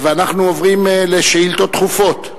אנחנו עוברים לשאילתות דחופות,